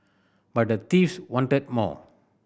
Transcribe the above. but the thieves wanted more